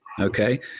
Okay